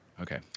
Okay